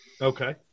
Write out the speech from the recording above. Okay